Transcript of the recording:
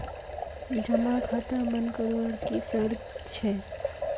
जमा खाता बन करवार की शर्त छे?